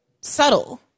subtle